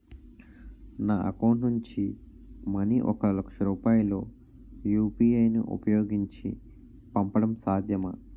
నా account money మనీ ఒక లక్ష రూపాయలు యు.పి.ఐ ను ఉపయోగించి పంపడం సాధ్యమా?